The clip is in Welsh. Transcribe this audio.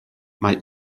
mae